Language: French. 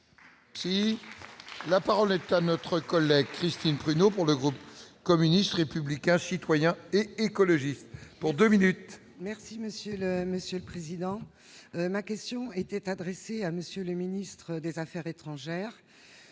Si la parole est à notre collègue Christine Pruneau pour le groupe. Communistes, républicains, citoyens et écologiste pour 2 minutes. Merci, Monsieur le Monsieur le Président ma question était adressé à monsieur le ministre des Affaires étrangères